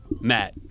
Matt